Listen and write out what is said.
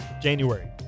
January